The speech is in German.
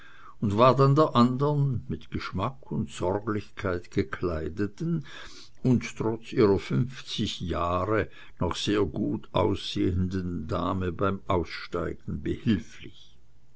und war dann der anderen mit geschmack und sorglichkeit gekleideten und trotz ihrer hohen fünfzig noch sehr gut aussehenden dame beim aussteigen behülflich